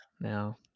now